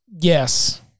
yes